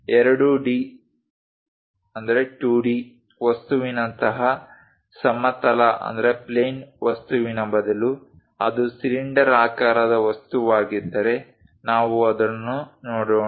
2 D ವಸ್ತುವಿನಂತಹ ಸಮತಲ ವಸ್ತುವಿನ ಬದಲು ಅದು ಸಿಲಿಂಡರಾಕಾರದ ವಸ್ತುವಾಗಿದ್ದರೆ ನಾವು ಅದನ್ನು ನೋಡೋಣ